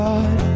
God